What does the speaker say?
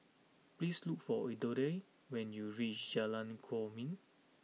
please look for Elodie when you reach Jalan Kwok Min